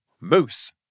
moose